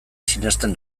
sinesten